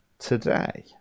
Today